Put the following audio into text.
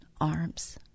arms